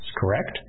correct